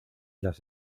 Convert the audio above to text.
las